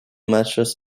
matches